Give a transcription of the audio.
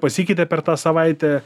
pasikeitė per tą savaitę